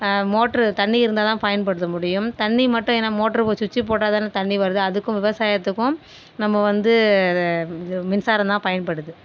motor தண்ணி இருந்தா தான் பயன்படுத்த முடியும் தண்ணி மட்டும் ஏன்னா மோட்ருக்கு சுவிச்சை போட்டா தான தண்ணி வருது அதுக்கும் விவசாயத்துக்கும் நம்ம வந்து மின்சாரம் தான் பயன்படுது